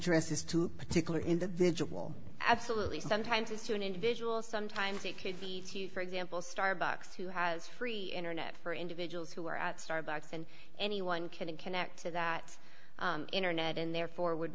addresses to particular individual absolutely sometimes it's to an individual sometimes it could be for example starbucks who has free internet for individuals who are at starbucks and anyone can connect to that internet and therefore would